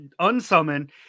unsummon